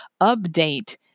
update